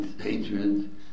hatred